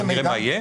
נראה מה יהיה.